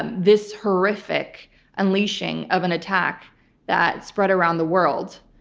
this horrific unleashing of an attack that spread around the world.